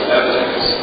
evidence